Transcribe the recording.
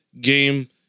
game